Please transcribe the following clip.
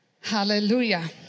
Hallelujah